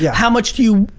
yeah how much do you,